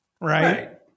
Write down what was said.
right